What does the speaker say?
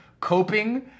coping